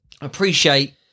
appreciate